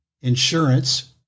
Insurance